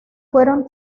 fueron